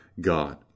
God